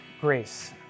grace